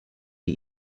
die